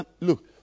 look